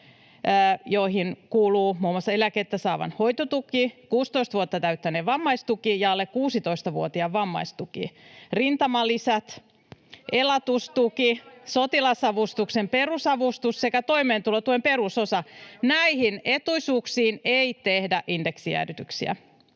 joihin kuuluu muun muassa eläkettä saavan hoitotuki, 16 vuotta täyttäneen vammaistuki ja alle 16-vuotiaan vammaistuki, rintamalisät, elatustuki, sotilasavustuksen perusavustus sekä toimeentulotuen perusosa. Näihin etuisuuksiin ei tehdä indeksijäädytyksiä.